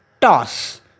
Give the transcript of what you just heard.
toss